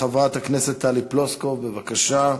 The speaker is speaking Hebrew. חברת הכנסת טלי פלוסקוב, בבקשה.